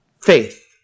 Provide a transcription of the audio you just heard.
faith